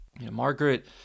Margaret